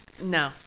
No